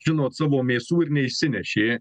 žinot savo mėsų ir neišsinešė